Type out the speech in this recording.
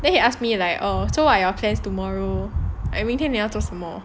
then he ask me like oh so are your plans tomorrow like 明天你要做什么